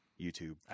YouTube